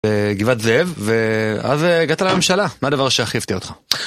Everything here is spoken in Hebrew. גבעת זאב, ואז הגעת לממשלה, מה הדבר שהכי הפתיע אותך?